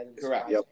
correct